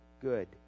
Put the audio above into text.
good